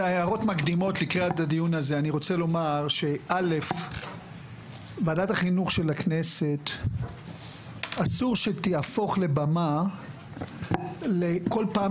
אסור שוועדת החינוך של הכנסת תהפוך לבמה שכל פעם